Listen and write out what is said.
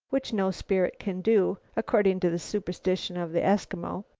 which no spirit can do, according to the superstition of the eskimo,